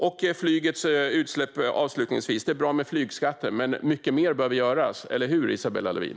När det gäller flygets utsläpp är det bra med flygskatter, men mycket mer behöver göras. Eller hur, Isabella Lövin?